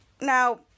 now